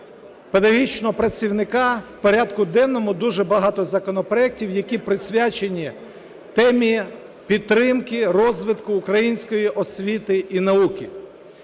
педагогічного працівника в порядку денному дуже багато законопроектів, які присвячені темі підтримки розвитку української освіти і науки.